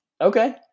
okay